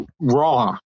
raw